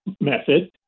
method